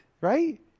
right